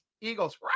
Eagles